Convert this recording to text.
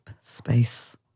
space